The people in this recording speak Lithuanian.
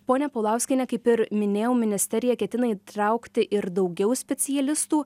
ponia paulauskiene kaip ir minėjau ministerija ketina įtraukti ir daugiau specialistų